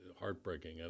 heartbreaking